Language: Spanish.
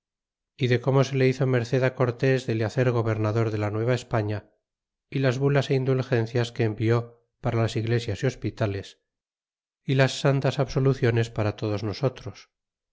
de como se le hizo merced cortés de le hacer gobernador de la nueva españa é las bulas é indulgencias que envió para las iglesias é hospitales y las santas absoluciones para todos nosotros